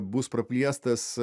bus praplėstas